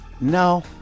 No